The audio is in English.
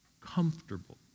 comfortable